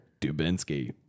Dubinsky